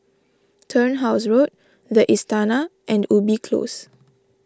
Turnhouse Road the Istana and Ubi Close